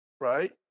right